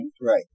Right